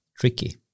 tricky